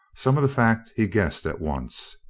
some of the fact he guessed at once.